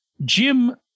jim